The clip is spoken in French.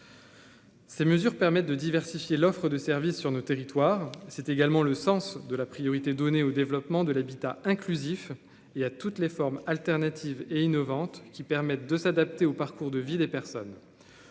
Ces mesures permettent de diversifier l'offre de service sur nos territoire c'est également le sens de la priorité donnée au développement de l'habitat inclusif et à toutes les formes alternatives et innovantes qui permettent de s'adapter au parcours de vie des personnes,